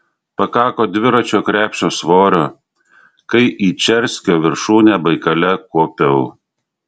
pakako dviračio krepšio svorio kai į čerskio viršūnę baikale kopiau